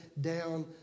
down